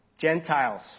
Gentiles